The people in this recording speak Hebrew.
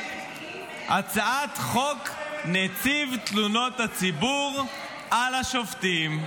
הצעת חוק נציב תלונות הציבור על השופטים.